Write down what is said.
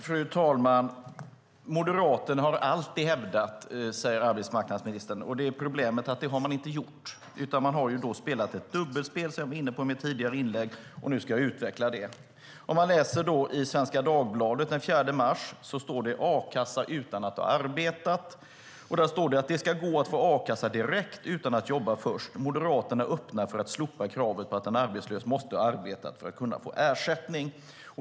Fru talman! Moderaterna har alltid hävdat, säger arbetsmarknadsministern. Problemet är att de inte gjort det, utan de har spelat ett dubbelspel. Jag var inne på det i mitt tidigare inlägg, och nu ska jag utveckla det. I Svenska Dagbladet den 4 mars kan vi läsa: "A-kassa utan att ha arbetat. Det ska gå att få a-kassa direkt - utan att jobba först. Moderaterna öppnar för att slopa kravet på att en arbetslös måste ha arbetat för att kunna få ersättning."